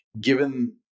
given